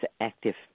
active